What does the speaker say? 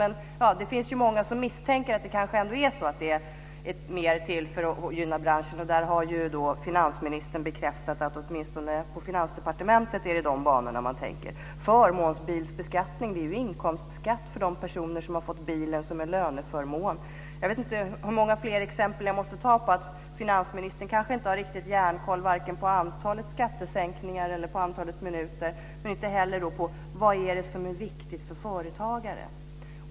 Men det finns ju många som misstänker att det kanske ändå är mer till för att gynna branschen. Där har ju finansministern bekräftat att man åtminstone på Finansdepartementet tänker i de banorna. Förmånsbilbeskattningen är ju inkomstskatt för de personer som har fått bilen som en löneförmån. Jag vet inte hur många fler exempel jag måste ta på att finansministern kanske inte har järnkoll varken på antalet skattesänkningar eller på antalet minuter och inte heller på vad det är som är viktigt för företagare.